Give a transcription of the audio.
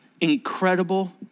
incredible